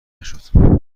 نشد